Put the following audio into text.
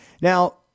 Now